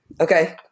Okay